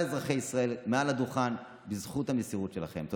אזרחי ישראל מעל הדוכן בזכות המסירות שלכם.